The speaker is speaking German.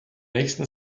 nächsten